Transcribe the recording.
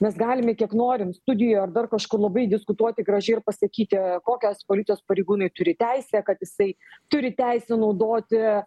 mes galime kiek norim studijoj ar dar kažkur labai diskutuoti gražiai ir pasakyti kokias policijos pareigūnai turi teisę kad jisai turi teisę naudoti